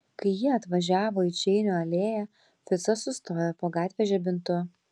kai jie atvažiavo į čeinio alėją ficas sustojo po gatvės žibintu